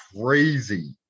crazy